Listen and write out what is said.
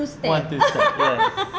want to stab yes